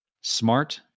smart